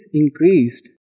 increased